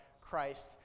Christ